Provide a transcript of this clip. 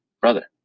brother